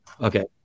Okay